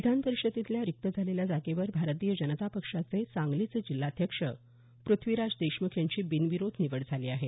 विधानपरिषदेच्या रिक्त झालेल्या जागेवर भारतीय जनता पक्षाचे सांगलीचे जिल्हाध्यक्ष प्रथ्वीराज देशमुख यांची बिनविरोध निवड झाली आहे